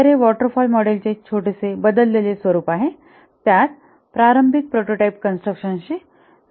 तर हे waterfall model चे छोटेसे बदललेले स्वरूप आहे त्यात प्रारंभिक प्रोटोटाइप कन्स्ट्रक्शन जोडले जाते